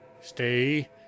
Stay